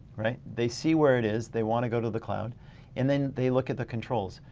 they see where it is they wanna go to the cloud and then they look at the controls.